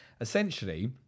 Essentially